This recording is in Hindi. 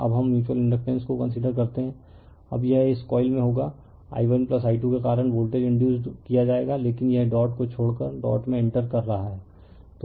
अब हम म्यूच्यूअल इंडकटेंस को कंसीडर करते हैं अब यह इस कॉइल में होगा i1i2 के कारण वोल्टेज इंडयुसड किया जाएगा लेकिन यह डॉट को छोड़कर डॉट में इंटर कर रहा है